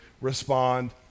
respond